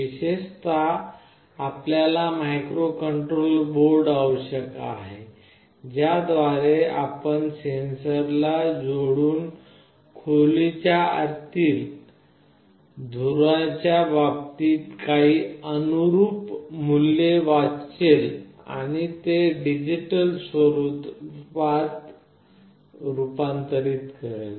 विशेषत आपल्याला microcontroller board आवश्यक आहे ज्या द्वारे आपण सेन्सरला जोडून खोलीच्या आतील धुराच्या बाबतीत काही अनुरुप मूल्ये वाचेल आणि ते डिजिटल स्वरूपात रुपांतरित करेल